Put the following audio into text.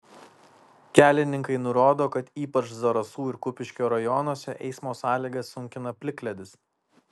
kelininkai nurodo kad ypač zarasų ir kupiškio rajonuose eismo sąlygas sunkina plikledis